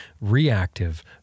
reactive